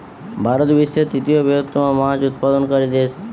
ভারত বিশ্বের তৃতীয় বৃহত্তম মাছ উৎপাদনকারী দেশ